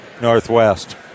Northwest